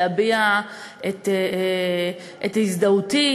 להביע את הזדהותי,